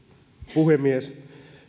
puhemies